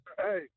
Hey